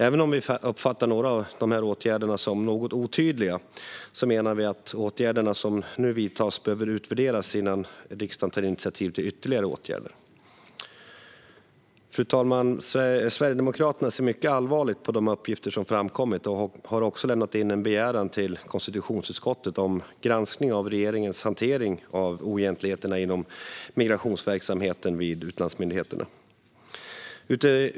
Även om vi uppfattar några av dessa åtgärder som något otydliga menar vi att åtgärderna som nu vidtas behöver utvärderas innan riksdagen tar initiativ till ytterligare åtgärder. Fru talman! Sverigedemokraterna ser mycket allvarligt på de uppgifter som framkommit och har också lämnat in en begäran till konstitutionsutskottet om granskning av regeringens hantering av oegentligheterna inom migrationsverksamheten vid utlandsmyndigheterna.